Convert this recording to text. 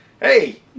hey